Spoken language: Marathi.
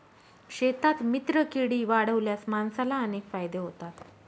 शेतात मित्रकीडी वाढवल्यास माणसाला अनेक फायदे होतात